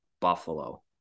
Buffalo